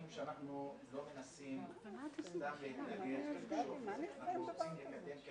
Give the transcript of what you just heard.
לא מנסים סתם להתנגד ולמשוך, אנחנו רוצים לקדם.